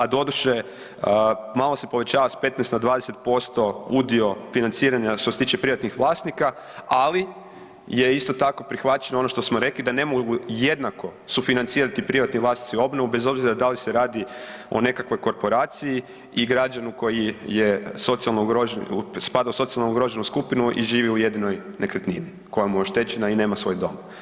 A doduše malo se povećava s 15 na 20% udio financiranja što se tiče privatnih vlasnika, ali je isto tako prihvaćeno ono što smo rekli da ne mogu jednako sufinancirati privatni vlasnici obnovu bez obzira da li se radi o nekakvoj korporaciji i građanu koji spada u socijalno ugroženu skupinu i živi u jedinoj nekretnini koja mu je oštećena i nema svoj dom.